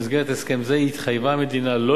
במסגרת הסכם זה התחייבה המדינה לא